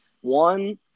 One